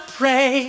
pray